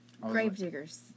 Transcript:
gravediggers